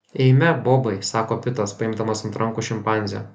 eime bobai sako pitas paimdamas ant rankų šimpanzę